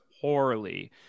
poorly